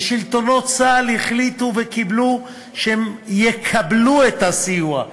ושלטונות צה"ל החליטו וקיבלו שהם יקבלו את הסיוע,